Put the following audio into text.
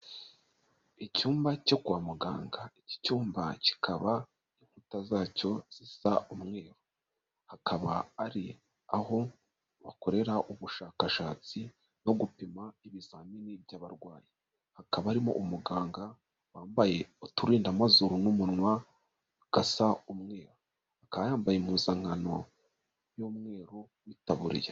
Icyumba cyo kwa muganga iki cyumba kikaba inkuta zacyo zisa umweru. Hakaba ari aho bakorera ubushakashatsi no gupima ibizamini by'abarwayi. Hakaba harimo umuganga wambaye uturindamazuru n'umunwa gasa umweru. Akaba yambaye impuzankano y'umweru n'itaburiya.